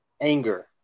anger